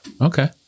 Okay